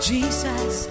Jesus